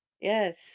Yes